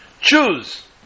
Choose